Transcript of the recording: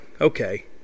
okay